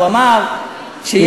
והוא אמר שיש כאלה,